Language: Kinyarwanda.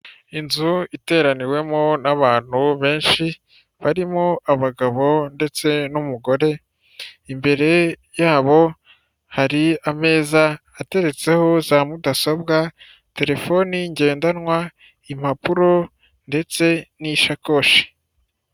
Inzu iteraniwemo n'abantu benshi barimo abagabo ndetse n'umugore imbere yabo hari ameza ateretseho za mudasobwa, telefoni ngendanwa, impapuro ndetse n'ishakoshi.